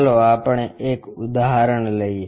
ચાલો આપણે એક ઉદાહરણ લઈએ